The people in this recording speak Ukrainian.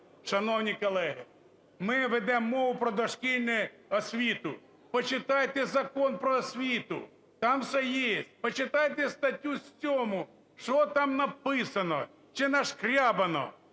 Шановні колеги, ми ведемо мову про дошкільну освіту. Почитайте Закон "Про освіту", там все є. Почитайте статтю 7, що там написано чи "нашкрябано".